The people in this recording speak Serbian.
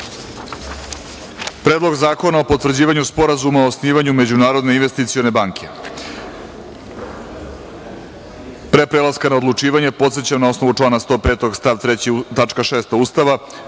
Predlog zakona o potvrđivanju sporazuma o osnivanju Međunarodne investicione banke. Pre prelaska na odlučivanje, podsećam na osnovu člana 105. stav 3. tačka